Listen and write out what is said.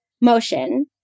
motion